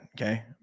okay